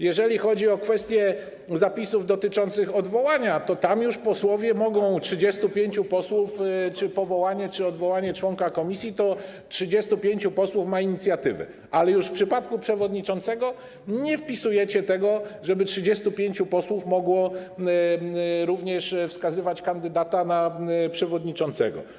Jeżeli chodzi o kwestię zapisów dotyczących odwołania, to tam już posłowie mogą, 35 posłów, czy powołania, czy odwołania członka komisji, to 35 posłów ma inicjatywę, ale już w przypadku przewodniczącego nie wpisujecie tego, żeby 35 posłów mogło również wskazywać kandydata na przewodniczącego.